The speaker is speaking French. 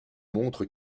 montrent